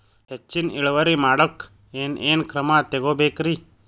ಹೆಚ್ಚಿನ್ ಇಳುವರಿ ಮಾಡೋಕ್ ಏನ್ ಏನ್ ಕ್ರಮ ತೇಗೋಬೇಕ್ರಿ?